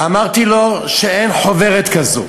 אמרתי לו שאין חוברת כזאת,